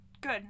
Good